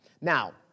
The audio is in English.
Now